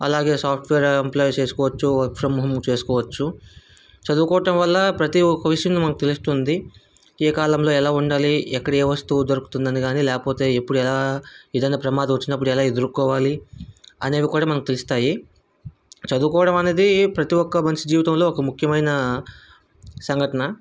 అలాగే software employee చేసుకోవచ్చు work from home కూడా చేసుకోవచ్చు చదువుకోవటం వల్ల ప్రతీ ఒక్క విషయం మనకి తెలుస్తుంది ఏ కాలంలో ఎలా ఉండాలి ఎక్కడ ఏ వస్తువు దొరుకుతుందని కానీ లేకపోతే ఎప్పుడూ ఎలా విధంగా ప్రమాదం వచ్చినప్పుడు ఎలా ఎదుర్కోవాలి అనేవి కూడా మనకి తెలుస్తాయి చదువుకోవడం అనేది ప్రతీ ఒక్క మనిషి జీవితంలో ఒక ముఖ్యమైన సంఘటన